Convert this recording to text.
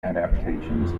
adaptations